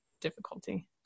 difficulty